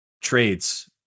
trades